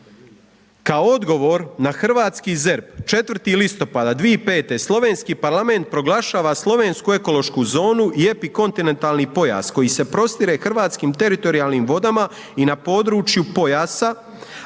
„Kao odgovor na hrvatski ZERP 4. listopada 2005. slovenski parlament proglašava slovensku ekološku zonu i epikontinentalni pojas koji se prostire hrvatskim teritorijalnim vodama i na području pojasa,